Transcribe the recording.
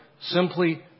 simply